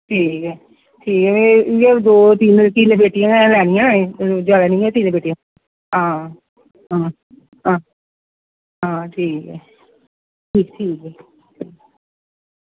ठीक ऐ ठीक ऐ फ्ही इ'यै दो तीन तीन पेट्टियां गै लैनियां जैदा नीं तीन पेट्टियां हां हां ठीक ऐ फ्ही ठीक ऐ